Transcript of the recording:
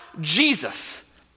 Jesus